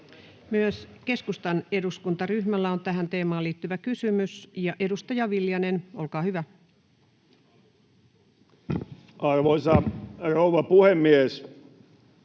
Myös keskustan eduskuntaryhmällä on tähän teemaan liittyvä kysymys. — Edustaja Viljanen, olkaa hyvä. Arvoisa rouva puhemies!